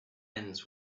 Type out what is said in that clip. ends